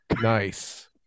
Nice